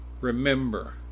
Remember